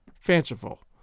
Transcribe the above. fanciful